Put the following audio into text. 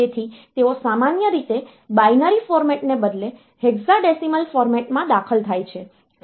તેથી તેઓ સામાન્ય રીતે બાઈનરી ફોર્મેટ ને બદલે હેક્સાડેસિમલ ફોર્મેટ માં દાખલ થાય છે